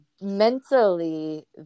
mentally